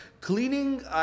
Cleaning